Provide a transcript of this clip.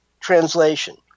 Translation